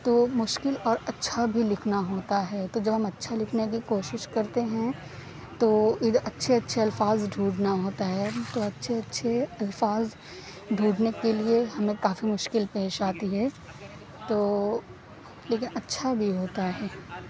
تو مشکل اور اچھا بھی لکھنا ہوتا ہے تو جب ہم اچھا لکھنے کی کوشش کرتے ہیں تو ادھر اچھے اچھے الفاظ ڈھونڈنا ہوتا ہے تو اچھے اچھے الفاظ ڈھونڈنے کے لیے ہمیں کافی مشکل پیش آتی ہے تو لیکن اچھا بھی ہوتا ہے